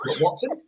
Watson